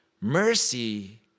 Mercy